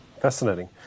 Fascinating